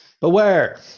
Beware